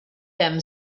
them